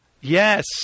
Yes